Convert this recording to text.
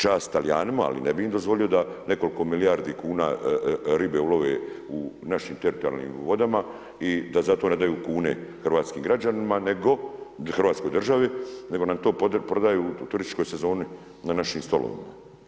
Čast Talijanima ali ne bi im dozvolio da nekoliko milijardi kuna ribe ulove u našim teritorijalnim vodama i da za to ne daju kune hrvatskim građanima, hrvatskoj državi, nego nam to prodaju u turističkoj sezoni na našim stolovima.